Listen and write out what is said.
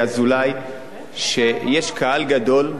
שיש קהל גדול במדינת ישראל,